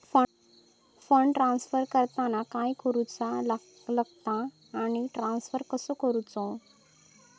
Fund transfer करताना काय करुचा लगता आनी ट्रान्स्फर कसो करूचो?